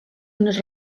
unes